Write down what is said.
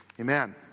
Amen